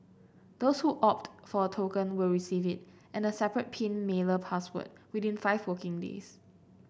those who opt for a token will receive it and a separate pin mailer password within five working days